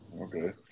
Okay